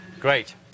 Great